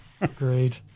Agreed